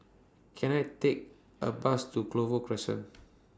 Can I Take A Bus to Clover Crescent